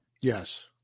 Yes